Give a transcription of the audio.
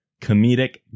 Comedic